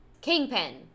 Kingpin